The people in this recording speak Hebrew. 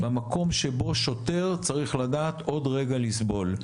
במקום שבו שוטר צריך לדעת עוד רגע לסבול,